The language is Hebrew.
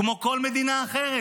כמו כל מדינה אחרת,